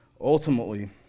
Ultimately